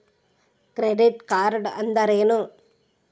Credit card ಅಂದ್ರೇನು?